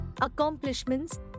accomplishments